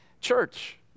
church